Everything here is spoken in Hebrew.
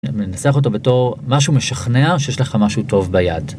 לנסח אותו בתור משהו משכנע שיש לך משהו טוב ביד.